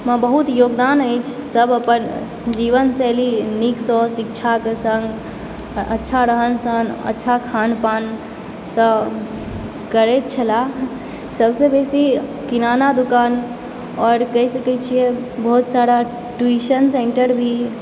म बहुत योगदान अइछ सब अपन जीवन शैली नीक सं शिक्षाक संग अच्छा रहन सहन अच्छा खान पान सॅं करैत छला सबसे बेसी किराना दुकान आओर कहि सकै छियै बहुत सारा ट्यूशन सेन्टर भी